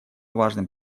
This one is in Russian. важным